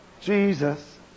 Jesus